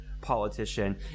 politician